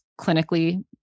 clinically